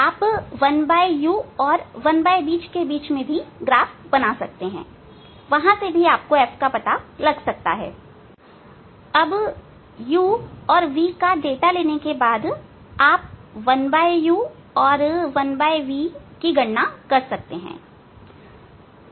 आप 1u और 1v के बीच भी ग्राफ बना सकते हैं वहां से भी आप f का पता लगा सकते हैं u और v के बीच का डाटा लेने के बाद आप 1u और 1v की गणना कर सकते हैं